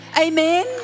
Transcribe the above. Amen